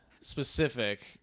specific